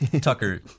Tucker